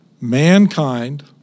mankind